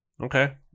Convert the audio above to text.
Okay